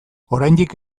oraindik